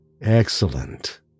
excellent